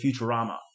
Futurama